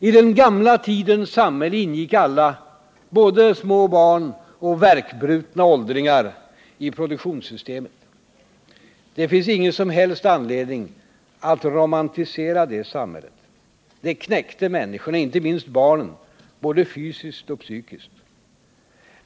I den gamla tidens samhälle ingick alla, både små barn och värkbrutna åldringar, i produktionssystemet. Det finns ingen som helst anledning att romantisera det samhället — det knäckte människorna, inte minst barnen, både fysiskt och psykiskt.